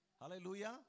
Hallelujah